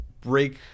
break